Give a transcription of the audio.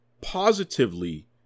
positively